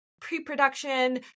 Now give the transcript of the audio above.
pre-production